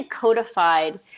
codified